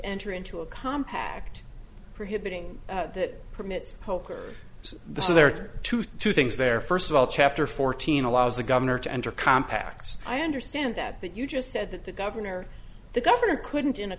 enter into a compact prohibiting that permits poker this is there are two two things there first of all chapter fourteen allows the governor to enter compaq's i understand that but you just said that the governor the governor couldn't in a